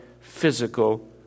physical